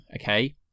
okay